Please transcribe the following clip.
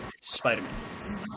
Spider-Man